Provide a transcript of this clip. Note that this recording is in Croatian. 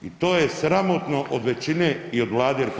I to je sramotno od većine i od Vlade RH.